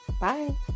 Bye